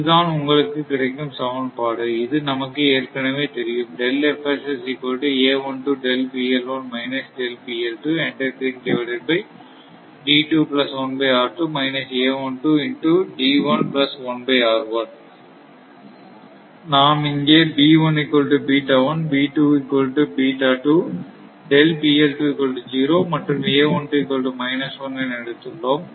இதுதான் உங்களுக்கு கிடைக்கும் சமன்பாடு இது நமக்கு ஏற்கனவே தெரியும் நாம் இங்கே மற்றும் என எடுத்துள்ளோம்